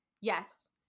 yes